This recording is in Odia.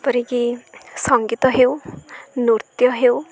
ଯେପରିକି ସଙ୍ଗୀତ ହେଉ ନୃତ୍ୟ ହେଉ